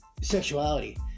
sexuality